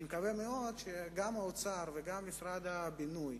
אני מקווה מאוד שגם האוצר וגם משרד הבינוי